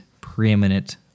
preeminent